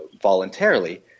voluntarily